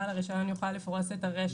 בעל הרישיון יוכל לפרוס את הרשת.